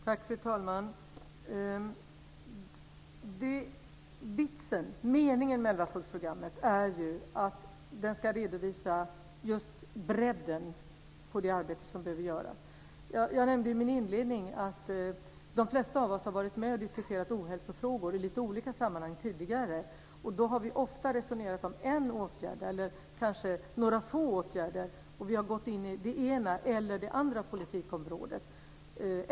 Fru talman! Meningen med elvapunktsprogrammet är att det ska redovisa just bredden på det arbete som behöver göras. Jag nämnde i min inledning att de flesta av oss har varit med och diskuterat ohälsofrågor i lite olika sammanhang tidigare. Då har vi ofta resonerat om en åtgärd eller kanske några få åtgärder, och vi har gått in i det ena eller det andra politikområdet.